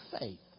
faith